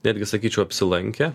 netgi sakyčiau apsilankę